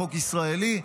החוק הישראלי.